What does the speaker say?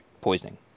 poisoning